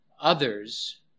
others